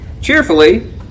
cheerfully